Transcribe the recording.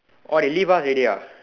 oh they leave us already ah